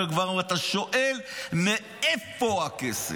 וכבר אתה שואל: מאיפה הכסף?